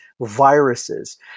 viruses